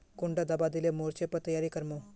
कुंडा दाबा दिले मोर्चे पर तैयारी कर मो?